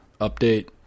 update